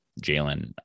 Jalen